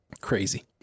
crazy